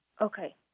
Okay